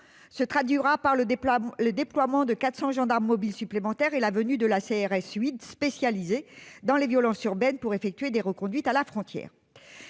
se traduira par le déploiement de 400 gendarmes mobiles supplémentaires et la venue de la CRS 8, spécialisée dans les violences urbaines, pour effectuer des reconduites à la frontière.